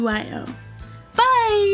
Bye